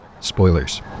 spoilers